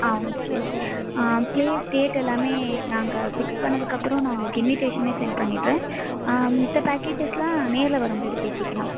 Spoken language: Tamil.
ஆ ஓகே ப்ளேஸ் டேட் எல்லாமே நாங்கள் ஃபிக்ஸ் பண்ணதுக்கு அப்புறம் நான் உங்களுக்கு இன்விடேஷனே சென்ட் பண்ணிடுறேன் மத்த பேக்கேஜஸ்யெலாம் நேரில் வரும்போது பேசிக்கலாம்